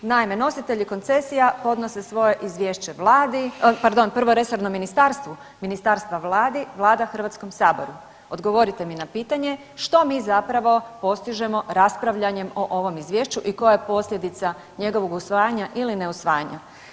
Naime, nositelji koncesija podnose svoje izvješće Vladi, pardon prvo resornom ministarstvu, ministarstvo Vladi, Vlada HS-u, odgovorite mi na pitanje, što mi zapravo postižemo raspravljanjem o ovom izvješću i koja je posljedica njegovog usvajanja ili ne usvajanja?